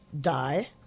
die